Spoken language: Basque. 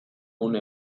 une